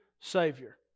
savior